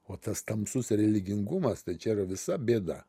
o tas tamsus religingumas tai čia yra visa bėda